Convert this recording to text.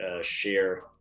share